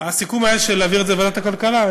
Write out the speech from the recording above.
הסיכום היה להעביר את זה לוועדת הכלכלה.